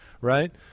right